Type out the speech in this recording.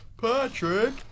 Patrick